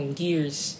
gears